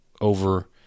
over